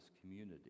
community